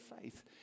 faith